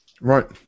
Right